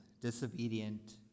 disobedient